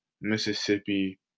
Mississippi